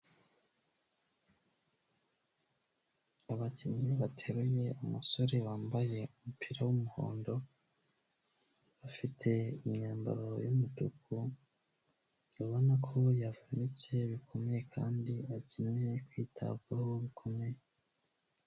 Abakinnyi bateruye umusore wambaye umupira w'umuhondo, bafite imyambaro y'umutuku, urabona ko yavunitse bikomeye kandi akeneye kwitabwaho bikomeye.